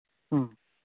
ꯎꯝ